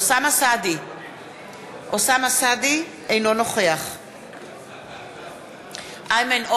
איימן עודה,